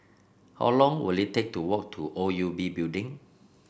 how long will it take to walk to O U B Building